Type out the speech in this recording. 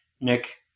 Nick